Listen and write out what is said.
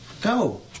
Go